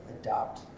adopt